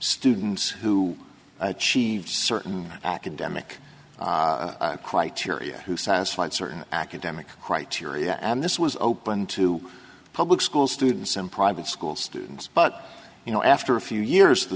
students who achieved certain academic criteria who satisfied certain academic criteria and this was open to public school students and private school students but you know after a few years the